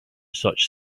such